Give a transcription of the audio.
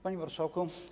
Panie Marszałku!